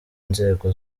inzego